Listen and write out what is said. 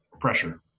pressure